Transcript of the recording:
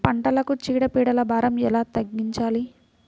పంటలకు చీడ పీడల భారం ఎలా తగ్గించాలి?